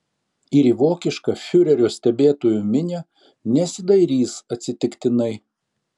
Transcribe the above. ir į vokišką fiurerio stebėtojų minią nesidairys atsitiktinai